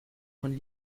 von